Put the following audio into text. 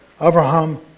Abraham